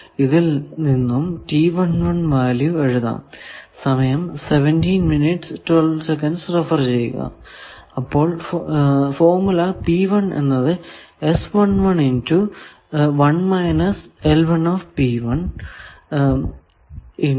ഇതിൽ നിന്നും വാല്യൂ എഴുതാം അപ്പോൾ ഫോർമുല എന്നത് ഇൻ റ്റു